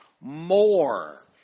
more